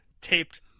taped